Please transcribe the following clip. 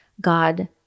God